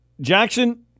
Jackson